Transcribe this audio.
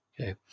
Okay